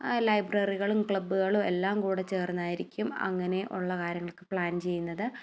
ലൈബ്രറികളും ക്ലബ്ബുകളും എല്ലാം കൂടി ചേർന്നായിരിക്കും അങ്ങനെ ഉള്ള കാര്യങ്ങൾക്ക് പ്ലാൻ ചെയ്യുന്നത്